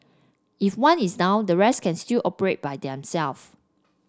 if one is down the rest can still operate by themselves